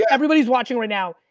everybody's watching right now,